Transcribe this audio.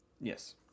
Yes